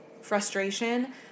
frustration